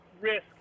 risk